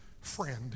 friend